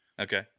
Okay